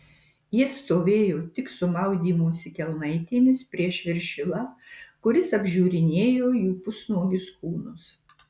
jie stovėjo tik su maudymosi kelnaitėmis prieš viršilą kuris apžiūrinėjo jų pusnuogius kūnus